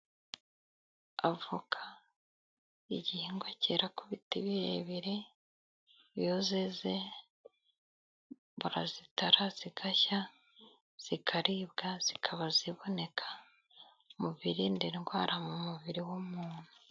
Avoka, igihingwa cyera ku biti birebire, iyo zeze barazitara zigashya, zikaribwa, zikaba ziboneka mu birinda indwara mu mubiri w'umuntu.